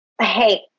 Hey